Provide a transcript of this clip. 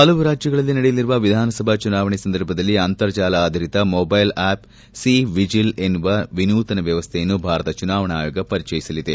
ಹಲವು ರಾಜ್ಯಗಳಲ್ಲಿ ನಡೆಯಲಿರುವ ವಿಧಾನಸಭಾ ಚುನಾವಣೆ ಸಂದರ್ಭದಲ್ಲಿ ಅಂತರ್ಜಾಲ ಆಧರಿತ ಮೊಬೈಲ್ ಆ್ಯಪ್ ಸಿ ವಿಜೆಲ್ ಎನ್ನುವ ವಿನೂತನ ವ್ಯವಸ್ಥೆಯನ್ನು ಭಾರತ ಚುನಾವಣಾ ಆಯೋಗ ಪರಿಚಯಿಸಲಿದೆ